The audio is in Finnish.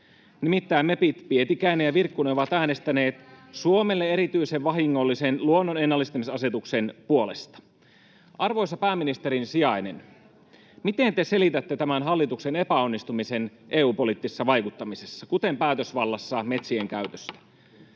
Nimittäin mepit Pietikäinen ja Virkkunen ovat äänestäneet Suomelle erityisen vahingollisen luonnon ennallistamisasetuksen puolesta. Arvoisa pääministerin sijainen, miten te selitätte tämän hallituksen epäonnistumisen EU-poliittisessa vaikuttamisessa, kuten päätösvallassa metsien käytöstä?